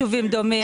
אין יישובים דומים.